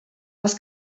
els